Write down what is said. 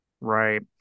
Right